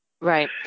Right